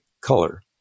color